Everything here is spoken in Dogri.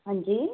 हांजी